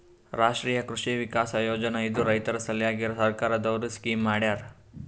ರಾಷ್ಟ್ರೀಯ ಕೃಷಿ ವಿಕಾಸ್ ಯೋಜನಾ ಇದು ರೈತರ ಸಲ್ವಾಗಿ ಸರ್ಕಾರ್ ದವ್ರು ಸ್ಕೀಮ್ ಮಾಡ್ಯಾರ